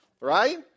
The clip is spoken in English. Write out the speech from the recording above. Right